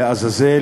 לעזאזל,